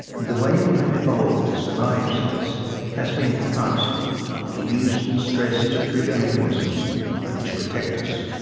and the way we have evolved to survive stress has been to harness it to use stress to trigger mechanisms which protect us.